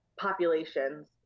populations